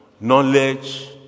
knowledge